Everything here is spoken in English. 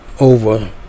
over